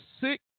sick